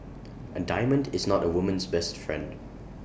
A diamond is not A woman's best friend